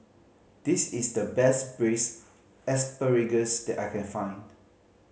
this is the best Braised Asparagus that I can find